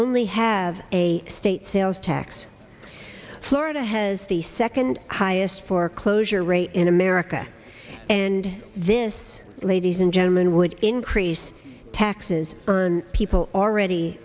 only have a state sales tax florida has the second highest foreclosure rate in america and this ladies and gentlemen would increase taxes on people already